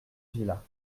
villas